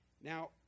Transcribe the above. Now